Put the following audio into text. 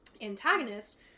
antagonist